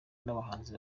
n’abahanzi